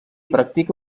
practica